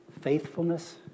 faithfulness